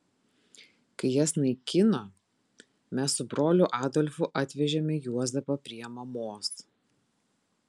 kai jas naikino mes su broliu adolfu atvežėme juozapą prie mamos